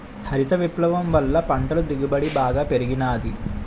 హరిత విప్లవం వల్ల పంటల దిగుబడి బాగా పెరిగినాది